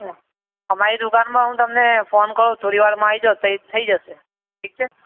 અમારી દુકાનમાં હું તમને ફોન કરું થોડીવારમાં આવી જશે થઈ જશે ઠીક છે